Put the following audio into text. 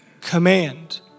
command